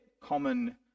common